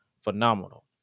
phenomenal